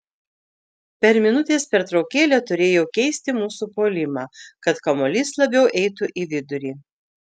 per minutės pertraukėlę turėjau keisti mūsų puolimą kad kamuolys labiau eitų į vidurį